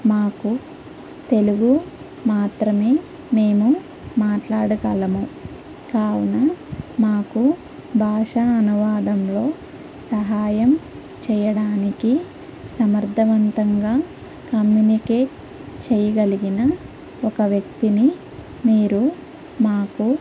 మాకు తెలుగు మాత్రమే మేము మాట్లాడగలము కావున మాకు భాష అనువాదంలో సహాయం చేయడానికి సమర్థవంతంగా కమ్యూనికేట్ చేయగలిగిన ఒక వ్యక్తిని మీరు మాకు